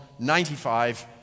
95